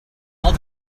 all